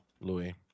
Louis